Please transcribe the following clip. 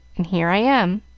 and here i am.